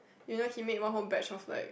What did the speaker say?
you know he make one whole batch of like